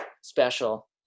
special